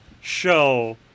show